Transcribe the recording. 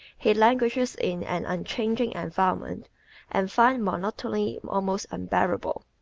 he languishes in an unchanging environment and finds monotony almost unbearable.